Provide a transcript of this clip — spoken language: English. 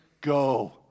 go